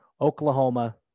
Oklahoma